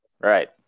Right